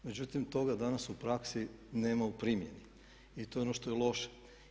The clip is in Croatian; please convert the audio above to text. Međutim, toga danas u praksi nema u primjeni i to je ono što je loše.